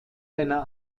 seiner